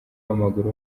w’amaguru